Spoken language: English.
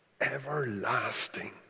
everlasting